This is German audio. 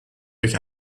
durch